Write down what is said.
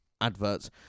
adverts